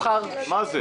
אני לא מבין.